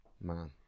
Man